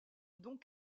donc